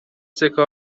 سکه